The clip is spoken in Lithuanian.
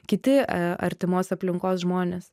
kiti artimos aplinkos žmonės